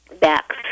back